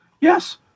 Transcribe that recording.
Yes